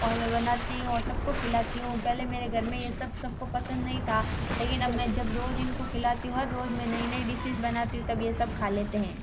और मैं बनाती हूँ और सबको खिलाती हूँ पहले मेरे घर में ये सब सबको पसंद नहीं था लेकिन अब मैं जब रोज इनको खिलाती हूँ हर रोज मैं नई नई डिशएस बनाती हूँ तब ये सब खा लेते हैं